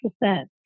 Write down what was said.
percent